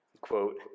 Quote